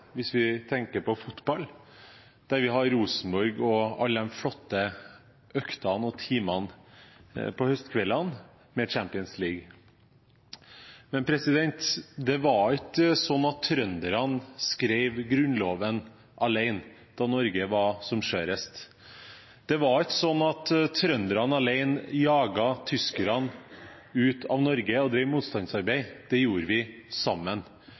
hvis vi tenker på fotball, der vi har Rosenborg og alle de flotte øktene og timene på høstkveldene med Champions League. Men det var ikke sånn at trønderne skrev Grunnloven alene, da Norge var som skjørest. Det var ikke sånn at trønderne alene jaget tyskerne ut av Norge og drev motstandsarbeid – det gjorde vi sammen.